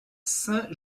saint